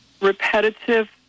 repetitive